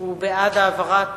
הוא בעד העברת